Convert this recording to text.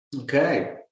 Okay